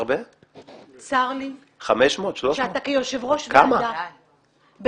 צר לי שאתה כיושב-ראש ועדה,